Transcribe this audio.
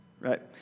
right